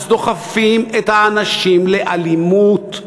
אז דוחפים את האנשים לאלימות,